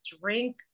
drink